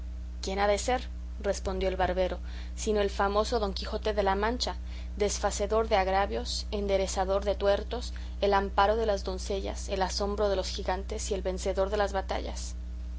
quién ha de ser respondió el barbero sino el famoso don quijote de la mancha desfacedor de agravios enderezador de tuertos el amparo de las doncellas el asombro de los gigantes y el vencedor de las batallas